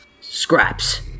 Scraps